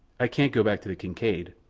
ay can't go back to the kincaid.